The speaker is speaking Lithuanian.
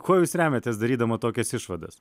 kuo jūs remiatės darydama tokias išvadas